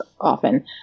often